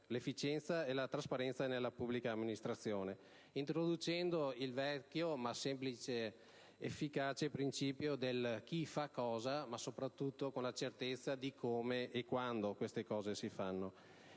l'efficienza e la trasparenza nella pubblica amministrazione, introducendo il semplice ma efficace principio del chi fa cosa e, soprattutto, con la certezza di come e quando queste cose si fanno,